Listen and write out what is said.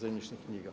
zemljišnih knjiga.